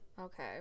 Okay